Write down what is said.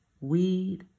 weed